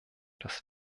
das